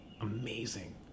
amazing